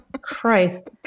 Christ